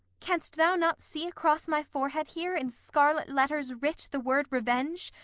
canst thou not see across my forehead here, in scarlet letters writ, the word revenge?